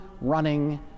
running